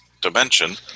dimension